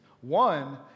One